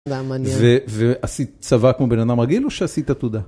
ועשית צבא כמו בן אדם רגיל, או שעשית עתודה?